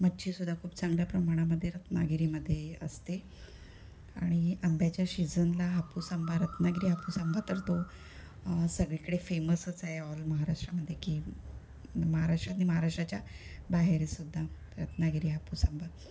मच्छी सुद्धा खूप चांगल्या प्रमाणामध्ये रत्नागिरीमध्ये असते आणि अंब्याच्या शिजनला हापूस आंबा रत्नागिरी हापूसा आंबा तर तो सगळीकडे फेमसच आहे ऑल महाराष्ट्रामध्ये की महाराष्ट्रात नाही महाराष्ट्राच्या बाहेर सुद्धा रत्नागिरी हापूस आंबा